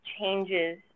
changes